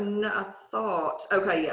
not thought, okay, yeah.